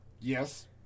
Yes